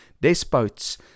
despots